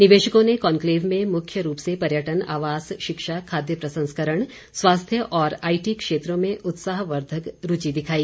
निवेशकों ने कॉनक्लेव में मुख्य रूप से पर्यटन आवास शिक्षा खाद्य प्रसंस्करण स्वास्थ्य और आईटी क्षेत्रों में उत्साहवर्धक रूचि दिखाई